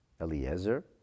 Eliezer